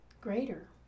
greater